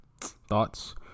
thoughts